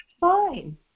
fine